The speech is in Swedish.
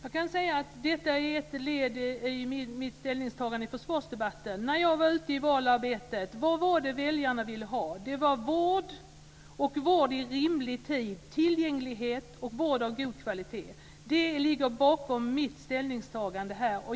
Fru talman! Detta är ett led i mitt ställningstagande i försvarsdebatten. När jag var ute i valarbetet, vad var det väljarna ville ha? Det var vård och vård inom rimlig tid, tillgänglighet och vård av god kvalitet. Det ligger bakom mitt ställningstagande här.